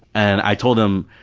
and i told him.